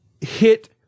hit